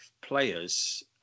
players